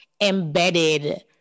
embedded